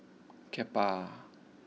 Kappa